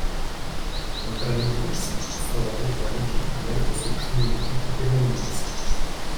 antrame kurse atstovavau koledžui amerikos aukštųjų mokyklų pirmenybėse